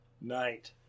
night